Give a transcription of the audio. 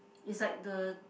it's like the